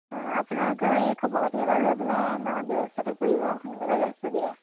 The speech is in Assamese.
অঁ আপোনালোকেও এই খবৰ খাতিৰ এটা লৈ পেলাই আমাৰ ব্যৱস্থাটো কৰিব আৰু সোনকালে গেছটো দিয়াৰ